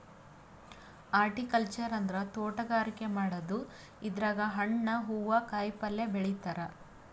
horticulture ಅಂದ್ರ ತೋಟಗಾರಿಕೆ ಮಾಡದು ಇದ್ರಾಗ್ ಹಣ್ಣ್ ಹೂವಾ ಕಾಯಿಪಲ್ಯ ಬೆಳಿತಾರ್